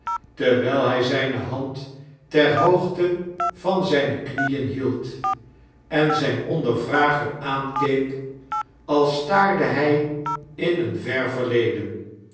terwijl hij zijne hand ter hoogte van zijne knieen hield en zijn ondervrager aankeek als staarde hij in een ver verleden